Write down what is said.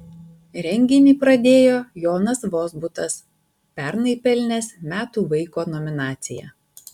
renginį pradėjo jonas vozbutas pernai pelnęs metų vaiko nominaciją